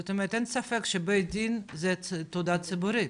זאת אומרת, אין ספק שבית דין זו תעודה ציבורית,